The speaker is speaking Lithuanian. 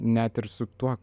net ir su tuo